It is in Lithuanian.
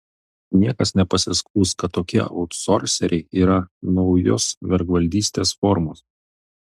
niekas nepasiskųs kad tokie autsorseriai yra naujos vergvaldystės formos